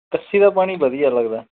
ਤੱਸੀ ਦਾ ਪਾਣੀ ਵਧੀਆ ਲੱਗਦਾ